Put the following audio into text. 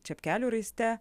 čepkelių raiste